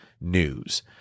news